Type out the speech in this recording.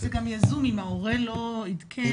זה גם יזום אם ההורה לא עדכן,